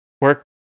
work